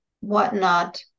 whatnot